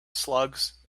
slugs